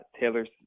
Taylor's